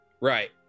Right